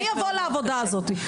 מי יבוא לעבודה הזאת?